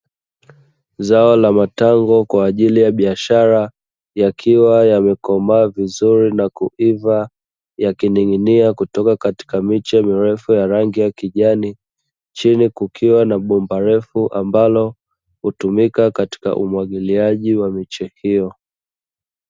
Zao la matango kwa ajili ya biashara, yakiwa yamekomaa vizuri na kuiva, yakining'inia kutoka katika miche mirefu ya rangi ya kijani, chini kukiwa na bomba refu ambalo hutumika katika umwagiliaji wa miche hiyo.